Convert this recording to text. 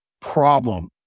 problem